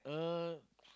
uh